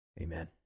Amen